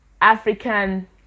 African